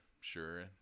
sure